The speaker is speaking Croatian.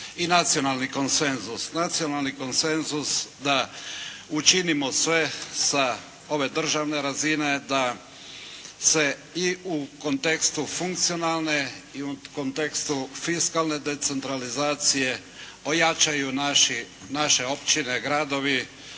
i nacionalni konsenzus. Nacionalni konsenzus da učinimo sve sa ove državne razine da se i u kontekstu funkcionalne i u kontekstu fiskalne decentralizacije ojačaju naše općine, gradovi